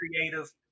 creative